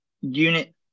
unit